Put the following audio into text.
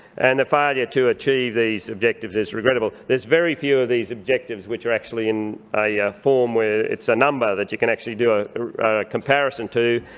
and the failure to achieve these objectives is regrettable. there's very few of these objectives which are actually in a form where it's a number that you can actually do a comparison to,